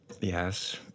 Yes